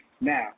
now